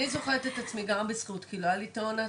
אני זוכרת את עצמי גרה בשכירות כי לא היה לי את ההון העצמי.